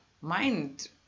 mind